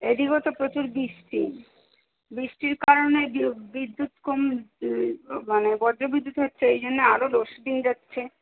এদিকেও তো প্রচুর বৃষ্টি বৃষ্টির কারণে বি বিদ্যুৎ কম মানে বজ্র বিদ্যুৎ হচ্ছে এই জন্যে আরও লোডশেডিং যাচ্ছে